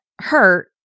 hurt